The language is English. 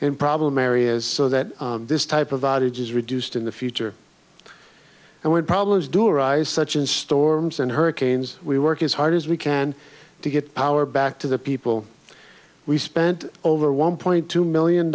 and problem areas so that this type of audience is reduced in the future and when problems do arise such as storms and hurricanes we work as hard as we can to get power back to the people we spent over one point two million